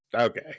okay